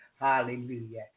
Hallelujah